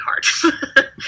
hard